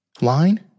line